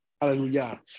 Hallelujah